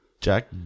Jack